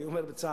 אני אומר בצער,